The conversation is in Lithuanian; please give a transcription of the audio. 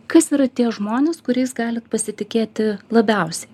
kas yra tie žmonės kuriais galit pasitikėti labiausiai